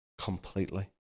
Completely